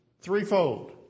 threefold